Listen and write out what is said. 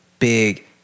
big